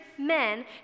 men